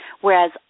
whereas